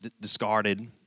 discarded